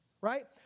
right